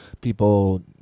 people